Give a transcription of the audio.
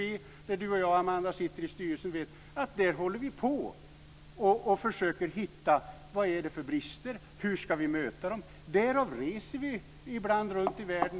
I ÖCB, där Amanda Agestav och jag sitter i styrelsen, håller vi på att försöka hitta vad det är för brister och hur man ska möta dem. Därav reser vi ibland runt i världen.